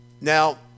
now